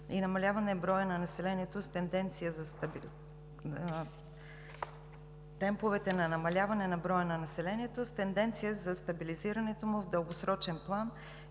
на намаляване на броя на населението с тенденция за стабилизирането му в дългосрочен план